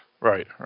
Right